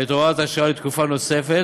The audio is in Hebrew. את הוראת השעה לתקופה נוספת,